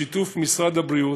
בשיתוף משרד הבריאות,